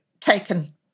taken